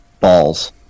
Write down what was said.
Balls